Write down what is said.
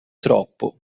troppo